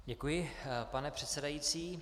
Děkuji, pane předsedající.